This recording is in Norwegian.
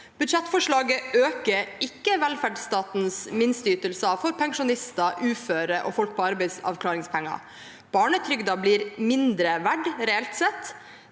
Budsjettforslaget øker ikke velferdsstatens minsteytelser for pensjonister, uføre og folk på arbeidsavklaringspenger. Barnetrygden blir mindre verdt, reelt sett.